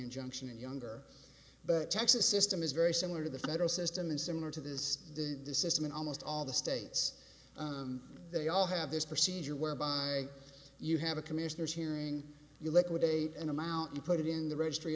injunction and younger but texas system is very similar to the federal system is similar to this the the system in almost all the states they all have this procedure whereby you have a commissioner's hearing you liquidate an amount you put it in the registry